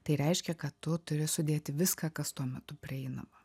tai reiškia kad tu turi sudėti viską kas tuo metu prieinama